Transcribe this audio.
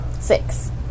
Six